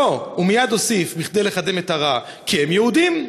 לא, ומייד הוסיף כדי לקדם את הרעה: כי הם יהודים.